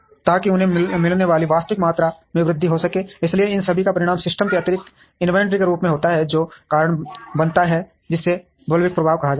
ताकि उन्हें मिलने वाली वास्तविक मात्रा में वृद्धि हो सके इसलिए इन सभी का परिणाम सिस्टम में अतिरिक्त इन्वेंट्री के रूप में होता है जो कारण बनता है जिसे बुल्विप प्रभाव कहा जाता है